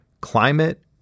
climate